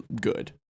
good